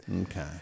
Okay